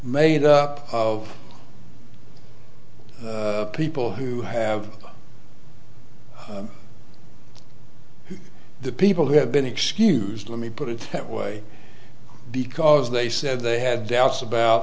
made up of people who have the people who have been excused let me put it that way because they said they had doubts about